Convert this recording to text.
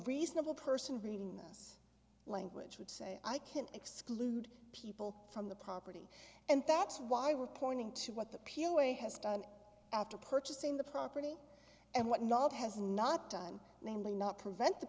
reasonable person reading this language would say i can't exclude people from the property and that's why we're pointing to what the peel away has done after purchasing the property and what not has not done namely not corrent the